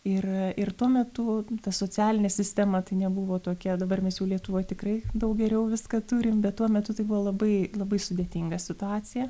ir ir tuo metu ta socialinė sistema tai nebuvo tokia dabar mes jau lietuvoj tikrai daug geriau viską turim bet tuo metu tai buvo labai labai sudėtinga situacija